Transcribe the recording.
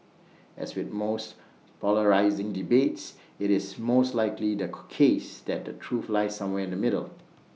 as with most polarising debates IT is most likely the case that the truth lies somewhere in the middle